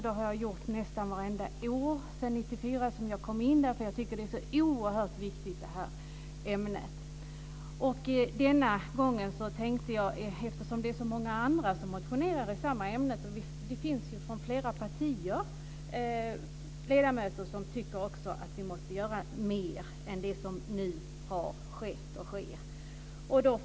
Det har jag gjort nästan vartenda år sedan 1994 då jag kom in i riksdagen, för jag tycker att det här ämnet är så oerhört viktigt. Det är ju så många andra ledamöter från flera partier som motionerar i samma ämne och som tycker att vi måste göra mer än det som nu har skett och sker.